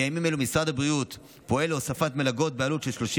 בימים אלו משרד הבריאות פועל להוספת מלגות בעלות של 30